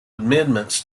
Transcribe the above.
amendments